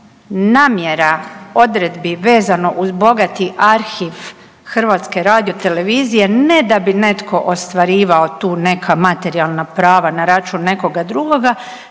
namjera odredbi vezano uz bogati arhiv HRT-a ne da bi netko ostvarivao tu neka materijalna prava na račun nekoga drugoga